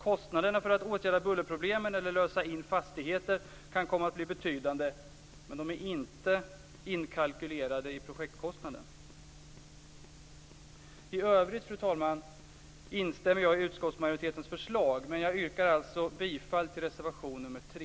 Kostnaderna för att åtgärda bullerproblemen eller lösa in fastigheter kan komma att bli betydande, men de är inte inkalkylerade i projektkostnaden. I övrigt, fru talman, instämmer jag i utskottsmajoritetens förslag men yrkar alltså bifall till reservation nr 3.